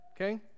okay